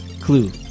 clue